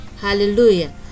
hallelujah